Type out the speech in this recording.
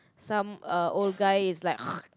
some uh old guy is like